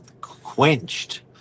quenched